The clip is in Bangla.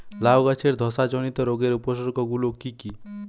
লাউ গাছের ধসা জনিত রোগের উপসর্গ গুলো কি কি?